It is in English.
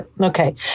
Okay